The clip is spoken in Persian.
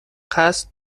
قصد